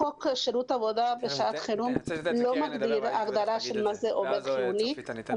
חוק שירות עבודה בשעת חירום לא מגדיר הגדרה של עובד חיוני אלא